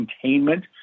containment